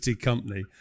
company